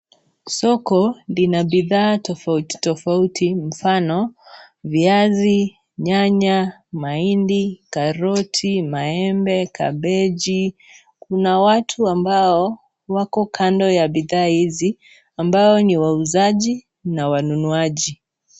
Soko lina bidhaa tofauti tofauti mfano viazi, nyanya, mahindi, karoti, maembe, kabeji, kuna watu ambao wako kando ya bidhaa hizi ambao ni wauzaji na wanunuaji.